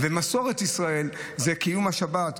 מסורת ישראל היא קיום השבת.